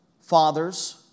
fathers